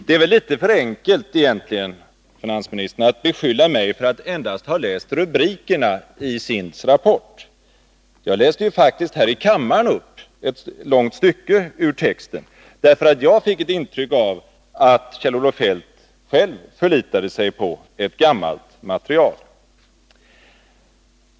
Det är litet för enkelt, finansministern, att beskylla mig för att ha läst endast rubrikerna i SIND:s rapport. Jag läste faktiskt här i kammaren upp ett långt stycke ur texten. Jag fick ett intryck av att Kjell-Olof Feldt själv förlitade sig på gammalt material.